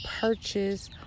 purchase